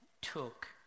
took